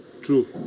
True